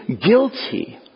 guilty